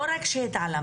לא רק שהתעלמתם,